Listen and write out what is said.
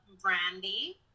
Brandy